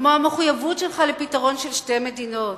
כמו המחויבות שלך לפתרון של שתי מדינות.